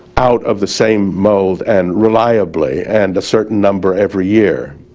out of the same mold and reliably and a certain number every year.